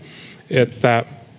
että